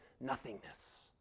nothingness